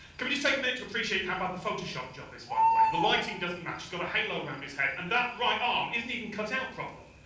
can we just take a minute to appreciate how bad the photoshop job is, by the way? the lighting doesn't match, he's got a halo around his head, and that right arm isn't even cut out properly!